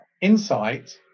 insight